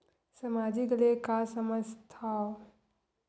सामाजिक ले का समझ थाव?